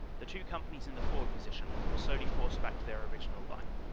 the two companies in the forward position were slowly forced back to their original line.